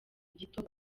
gito